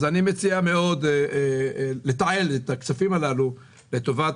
אז אני מציע לתעל את הכספים הללו לטובת